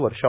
वर्षाव